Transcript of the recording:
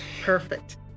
perfect